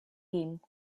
him